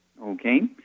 Okay